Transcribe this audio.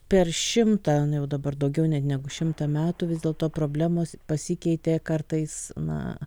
per šimtą jau dabar daugiau net negu šimtą metų vis dėlto problemos pasikeitė kartais na